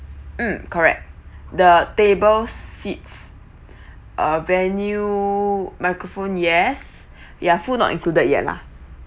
mm correct the tables seats uh venue microphone yes ya food not included yet lah